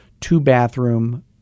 two-bathroom